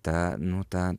ta nu ta